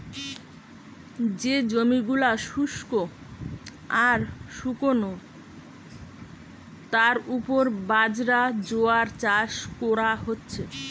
যে জমি গুলা শুস্ক আর শুকনো তার উপর বাজরা, জোয়ার চাষ কোরা হচ্ছে